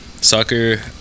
soccer